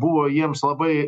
buvo jiems labai